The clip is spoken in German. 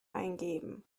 eingeben